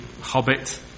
hobbit